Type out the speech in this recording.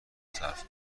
صرف